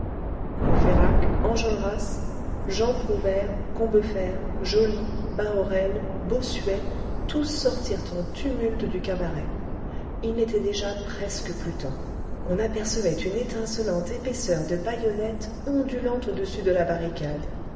enjolras jean prouvaire combeferre joly bahorel bossuet tous sortirent en tumulte du cabaret il n'était déjà presque plus temps on apercevait une étincelante épaisseur de bayonnettes ondulant au-dessus de la barricade